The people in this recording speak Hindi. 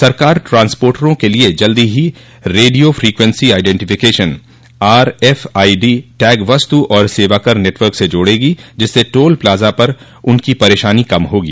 सरकार ट्रांसपोर्टरों के लिए जल्दी ही radio frequency identification RF ID tag वस्तु और सेवाकर नेटवर्क से जोड़ेगी जिससे टोल प्लाजा पर उनकी परेशानी कम होगी